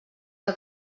que